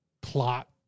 plot